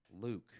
Luke